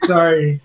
Sorry